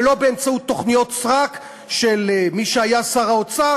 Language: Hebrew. ולא באמצעות תוכניות סרק של מי שהיה שר האוצר